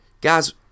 Guys